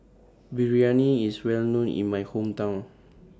Biryani IS Well known in My Hometown